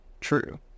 true